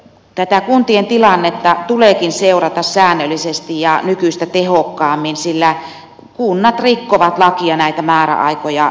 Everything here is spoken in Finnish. tätä kuntien tilannetta tuleekin seurata säännöllisesti ja nykyistä tehokkaammin sillä kunnat rikkovat lakia näitä määräaikoja ylittäessään